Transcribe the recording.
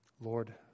Lord